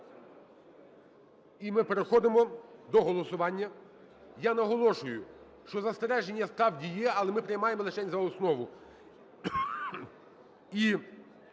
І ми переходимо до голосування. Я наголошую, що застереження справді є, але ми приймаємо лишень за основу.